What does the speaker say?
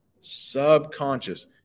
subconscious